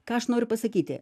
ką aš noriu pasakyti